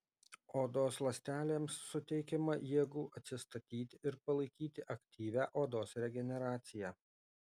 odos ląstelėms suteikiama jėgų atsistatyti ir palaikyti aktyvią odos regeneraciją